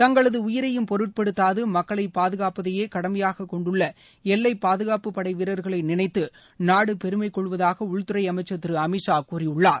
தங்களது உயிரையும் பொருட்படுத்தாது மக்களை பாதுகாப்பதையே கடமையாகக் கொண்டுள்ள எல்லை பாதுகாப்புப்படை வீரர்களை நினைத்து நாடு பெருமை கொள்வதாக உள்துறை அமைச்சர் திரு அமித்ஷா கூறியுள்ளார்